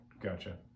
gotcha